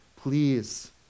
Please